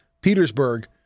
Petersburg